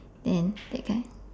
then that kind